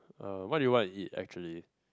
uh what do you want to eat actually